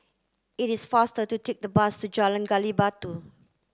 it is faster to take the bus to Jalan Gali Batu